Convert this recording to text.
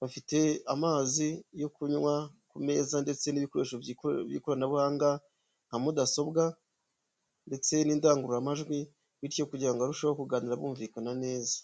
bafite amazi yo kunywa ku meza ndetse n'ibikoresho by'ikoranabuhanga nka mudasobwa ndetse n'indangururamajwi, bityo kugira ngo barusheho kuganira bumvikana neza.